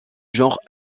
genre